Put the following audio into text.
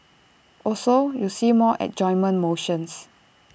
also you see more adjournment motions